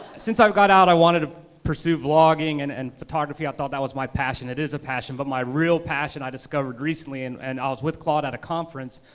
since i've gone out i've wanted to pursue vlogging, and and photography, i thought that was my passion, it is a passion, but my real passion i discovered recently, and and i was with claude at a conference,